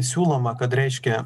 siūloma kad reiškia